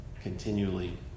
continually